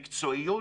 מקצועיות,